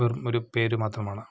വെറും ഒരു പേരു മാത്രമാണ്